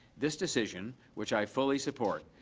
this decision, which i fully support,